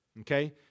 Okay